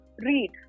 read